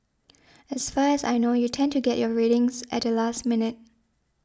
as far as I know you tend to get your ratings at the last minute